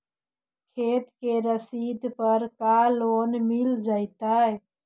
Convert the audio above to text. खेत के रसिद पर का लोन मिल जइतै?